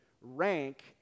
Rank